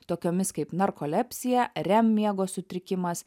tokiomis kaip narkolepsija rem miego sutrikimas